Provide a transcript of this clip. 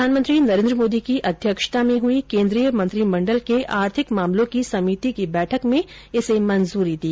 प्रधनमंत्री नरेन्द्र मोदी की अध्यक्षता में हुई केन्द्रीय मंत्रिमंडल के आर्थिक मामलों की समिति ने इसे मंजूरी दी